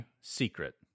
Secret